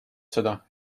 seda